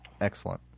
Excellent